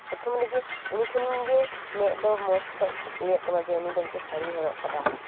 ᱯᱨᱚᱛᱷᱚᱢ ᱨᱮᱜᱮ ᱩᱱᱤ ᱴᱷᱮᱱ ᱜᱮ ᱢᱮᱸᱫ ᱫᱚ ᱢᱚᱡᱽ ᱠᱚᱡ ᱤᱭᱟᱹᱜ ᱛᱟᱢᱟ ᱩᱱᱤ ᱫᱚ ᱢᱤᱫᱴᱤᱱ ᱥᱟᱹᱲᱤᱭ ᱦᱚᱨᱚᱜ ᱠᱟᱫᱟ